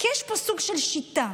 כי יש פה סוג של שיטה.